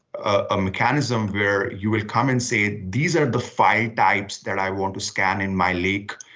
a mechanism where you will come and say, these are the five types that i want to scan in my lake.